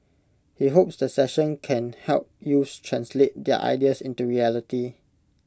he hopes the session can help youths translate their ideas into reality